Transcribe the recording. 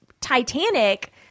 Titanic